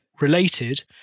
related